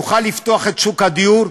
נוכל לפתוח את שוק הדיור.